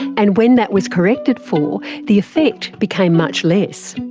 and when that was corrected for, the effect became much less.